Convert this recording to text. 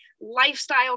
lifestyle